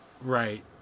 Right